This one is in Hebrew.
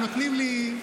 הם נותנים לי.